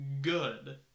good